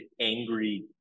angry